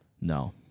No